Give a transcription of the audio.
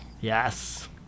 Yes